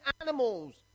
animals